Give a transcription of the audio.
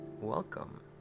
welcome